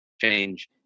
change